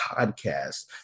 podcast